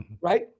Right